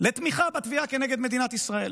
לתמיכה בתביעה כנגד מדינת ישראל.